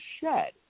shed